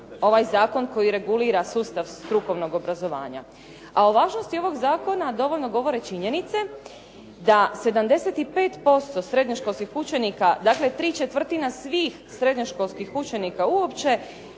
ovaj zakon koji regulira sustav strukovnog obrazovanja. A o važnosti ovog zakona dovoljno govore činjenice da 75% srednjoškolskih učenika dakle ¾ svih srednjoškolskih učenika uopće,